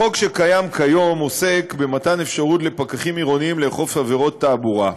החוק שקיים כיום עוסק במתן אפשרות לפקחים עירוניים לאכוף עבירות תעבורה,